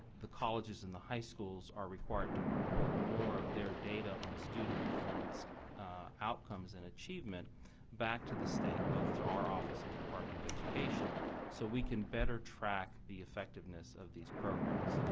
the colleges and the high schools are required to report more of their data on student performance outcomes and achievement back to the state, both to our office and the department of education so we can better track the effectiveness of these programs.